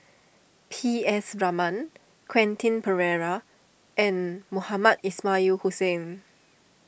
P S Raman Quentin Pereira and Mohamed Ismail Hussain